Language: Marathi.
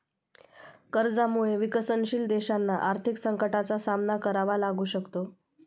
कर्जामुळे विकसनशील देशांना आर्थिक संकटाचा सामना करावा लागू शकतो